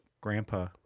Grandpa